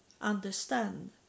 understand